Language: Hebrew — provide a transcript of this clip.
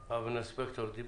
אזמין אותך לסיור.